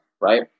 Right